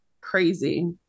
Crazy